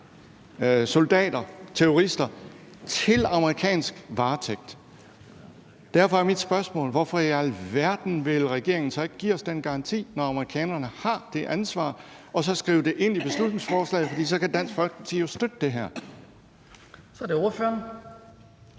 soldater og terrorister til amerikansk varetægt. Derfor er mit spørgsmål: Hvorfor i alverden vil regeringen ikke give os den garanti, når amerikanerne har det ansvar, og så skrive det ind i beslutningsforslaget? For så kan Dansk Folkeparti jo støtte det her. Kl. 09:23 Den